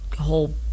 whole